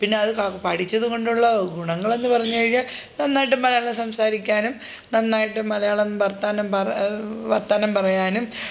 പിന്നെ അത് ക പഠിച്ചതു കൊണ്ടുള്ള ഗുണങ്ങളെന്നു പറഞ്ഞു കഴിഞ്ഞാൽ നന്നായിട്ട് മലയാളം സംസാരിക്കാനും നന്നായിട്ട് മലയാളം വർത്താനം പറ വർത്താനം പറയാനും